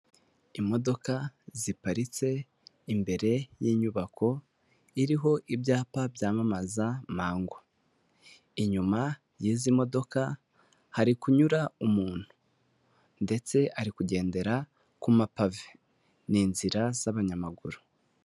Imodoka ziparitse imbere y'inyubako iriho ibyapa byamamaza mango, inyuma y'izi modoka hari kunyura umuntu, ndetse ari kugendera ku mapavi; n'inzira z'abanyamaguru.